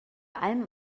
allem